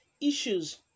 issues